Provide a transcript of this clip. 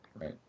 right